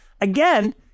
again